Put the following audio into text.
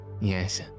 yes